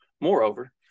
Moreover